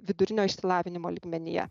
vidurinio išsilavinimo lygmenyje